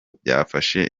byafashe